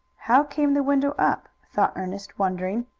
how came the window up? thought ernest, wondering.